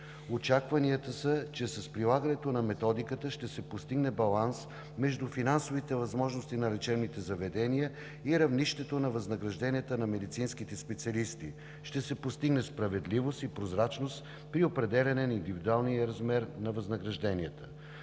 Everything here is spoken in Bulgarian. Очакванията са, че с прилагането на методиката ще се постигне баланс между финансовите възможности на лечебните заведения и равнището на възнагражденията на медицинските специалисти, че ще се постигне справедливост и прозрачност при определяне на индивидуалния размер на възнагражденията.